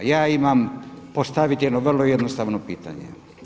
Ja imam postaviti jedno vrlo jednostavno pitanje.